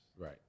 right